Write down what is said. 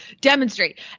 demonstrate